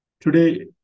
Today